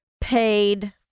paid